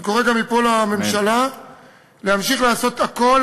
אני קורא גם מפה לממשלה להמשיך לעשות הכול,